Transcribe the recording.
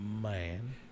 Man